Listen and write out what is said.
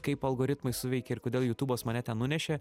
kaip algoritmai suveikė ir kodėl jutubas mane ten nunešė